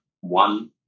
one